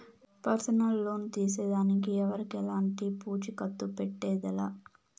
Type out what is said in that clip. personal loan తీసేదానికి ఎవరికెలంటి పూచీకత్తు పెట్టేదె లా